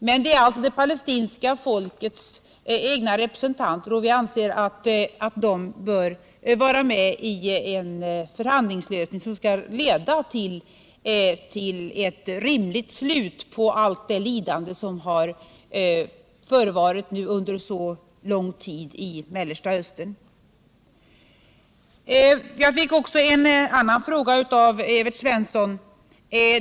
Men de är alltså det palestinska folkets egna representanter, och vi anser att de bör vara med i en förhandlingslösning som skall leda till ett rimligt slut på allt det lidande som har förevarit under så lång tid i Mellersta Östern. Jag fick också en annan fråga av Evert Svensson.